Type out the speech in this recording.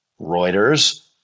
Reuters